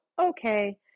okay